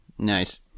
Nice